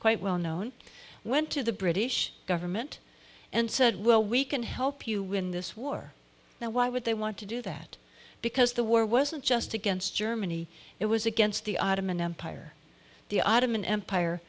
quite well known went to the british government and said well we can help you win this war now why would they want to do that because the war wasn't just against germany it was against the ottoman empire the ottoman empire